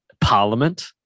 Parliament